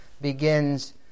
begins